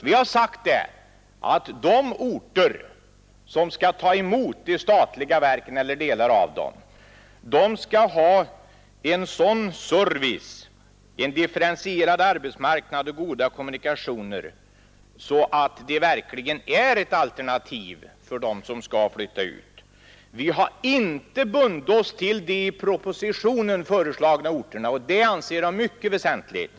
Vi har sagt att de orter som skall ta emot de statliga verken eller delar av dem skall kunna erbjuda en sådan service i form av differentierad arbetsmarknad och goda kommunikationer att de verkligen är alternativ för dem som skall flytta ut. Vi har inte bundit oss till de i propositionen föreslagna orterna, och det anser jag mycket väsentligt.